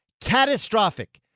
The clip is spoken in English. Catastrophic